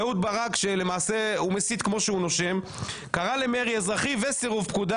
אהוד ברק שלמעשה הוא מסית כמו שהוא נושם קרא למרי אזרחי וסירוב פקודה.